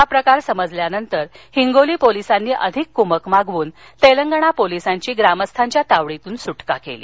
हा प्रकार समजल्यानंतर हिंगोली पोलिसांनी अधिक क्मक मागवून तेलंगणा पोलिसांची ग्रामस्थांच्या तावडीतून सुटका केली